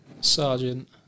sergeant